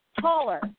taller